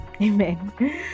amen